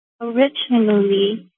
originally